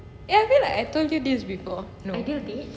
ya I feel like I told you this before no